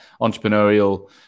entrepreneurial –